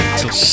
till